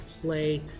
play